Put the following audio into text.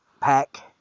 pack